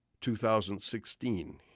2016